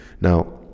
Now